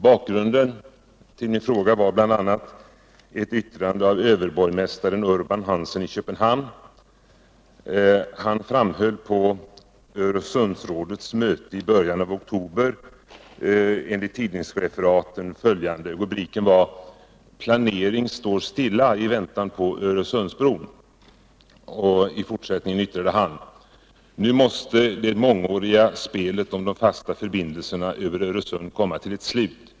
Bakgrunden till min fråga var bl.a. ett yttrande av överborgmästare Urban Hansen i Köpenhamn. Han framhöll på Öresundsrådets möte i början av oktober enligt tidningsreferat — rubriken var ”Planering står stilla i väntan på Öresundsbron”: ”--- Nu måste det mångåriga spelet om de fasta förbindelserna över Öresund komma till ett slut.